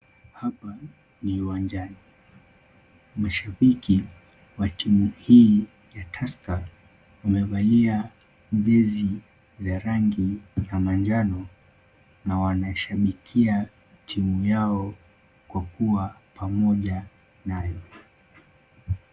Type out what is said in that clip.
Hapa ni uwanjani. Mashabiki wa timu hii ya Tusker wamevalia jezi za rangi ya manjano na wanashabikia timu yao kwa kuwa pamoja nayo.